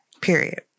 period